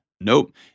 Nope